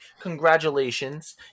Congratulations